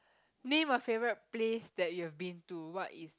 name a favourite place that you've have been to what is